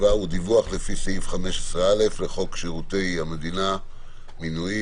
דיווח לפי סעיף 15א(ז) לחוק שירותי המדינה (מינויים),